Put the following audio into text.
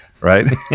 right